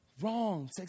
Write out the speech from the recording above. wrong